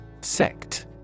Sect